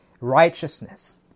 righteousness